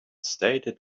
stated